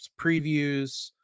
previews